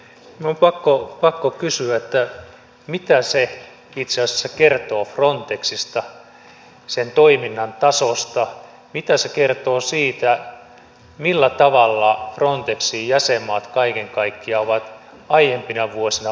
minun on pakko kysyä mitä se itse asiassa kertoo frontexista sen toiminnan tasosta mitä se kertoo siitä millä tavalla frontexin jäsenmaat kaiken kaikkiaan ovat aiempina vuosina panostaneet